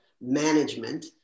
management